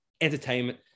entertainment